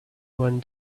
one